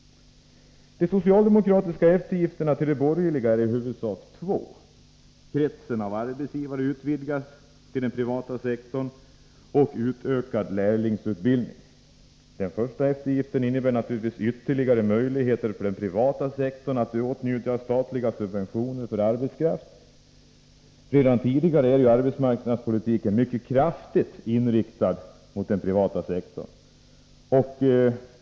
De socialdemokratiska eftergifterna gentemot de borgerliga är i huvudsak två: kretsen av arbetsgivare utvidgas till den privata sektorn och lärlingsutbildningen utökas. Den första eftergiften innebär naturligtvis ytterligare möjligheter för den privata sektorn att åtnjuta statliga subventioner för arbetskraften. Redan tidigare är ju arbetsmarknadspolitiken mycket kraftigt inriktad mot den privata sektorn.